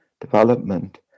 development